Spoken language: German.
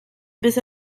bis